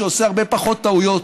שעושה הרבה פחות טעויות.